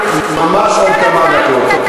לממשלה,